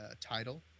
title